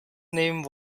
name